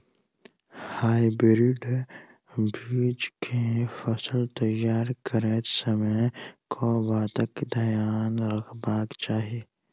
Hybrid बीज केँ फसल तैयार करैत समय कऽ बातक ध्यान रखबाक चाहि?